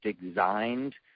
designed